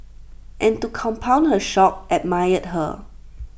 and to compound her shock admired her